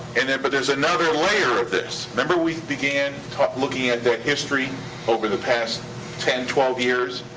and and but there's another layer of this. remember we began looking at that history over the past ten, twelve years,